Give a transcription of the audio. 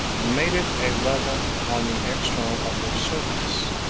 and made it a level on the external upper surface,